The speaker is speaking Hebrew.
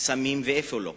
סמים, ואיפה לא.